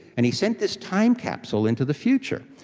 and he sent this time capsule into the future.